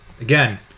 Again